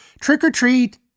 Trick-or-treat